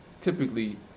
typically